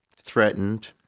threatened.